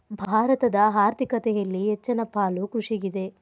ಭಾರತದ ಆರ್ಥಿಕತೆಯಲ್ಲಿ ಹೆಚ್ಚನ ಪಾಲು ಕೃಷಿಗಿದೆ